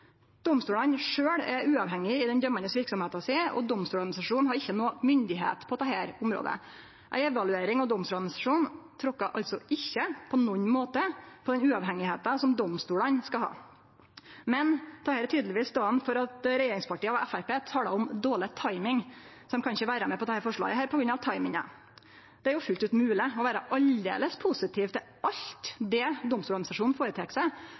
Domstolane sjølve er uavhengige i den dømande verksemda si, og Domstoladministrasjonen har ikkje noka myndigheit på dette området. Ei evaluering av Domstoladministrasjonen tråkkar altså ikkje på nokon måte på den uavhengigheita som domstolane skal ha. Men dette er tydelegvis dagen for at regjeringspartia og Framstegspartiet talar om dårleg «timing» – dei kan ikkje vere med på dette forslaget på grunn av «timinga». Det er fullt ut mogleg å vere aldeles positiv til alt